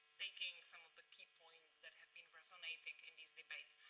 taking some of the key points that have been resonating in these debates.